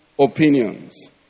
opinions